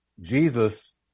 Jesus